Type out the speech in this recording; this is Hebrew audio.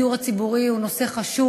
הדיור הציבורי הוא נושא חשוב.